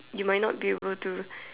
you might be able to